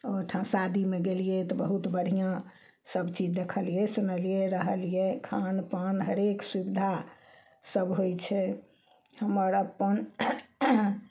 ओहोठाम शादीमे गेलियै तऽ बहुत बढ़िऑं सब चीज देखलियै सुनलियै रहलियै खानपान हरेक सुविधा सब होइ छै हमर अपन